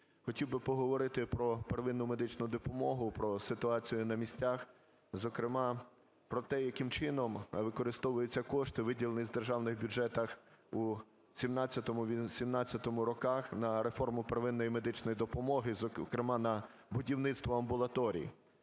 Хотів би поговорити про первинну медичну допомогу, про ситуацію на місцях. Зокрема, про те, яким чином використовуються кошти, виділені з державних бюджетів у 2017-2018 роках на реформу первинної медичної допомоги, зокрема на будівництво амбулаторій.